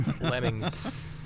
Lemmings